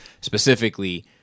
specifically